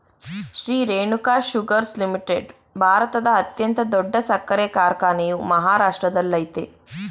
Shri Renuka sugars limited ಭಾರತದ ಅತ್ಯಂತ ದೊಡ್ಡ ಸಕ್ಕರೆ ಕಾರ್ಖಾನೆಯು ಮಹಾರಾಷ್ಟ್ರದಲ್ಲಯ್ತೆ